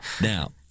Now